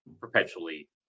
perpetually